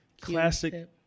classic